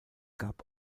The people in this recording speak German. gab